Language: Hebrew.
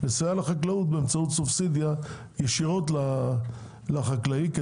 לסייע לחקלאות באמצעות סובסידיה ישירות לחקלאי כי